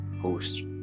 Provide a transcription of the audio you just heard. host